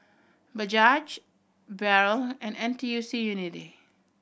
Bajaj Barrel and N T U C Unity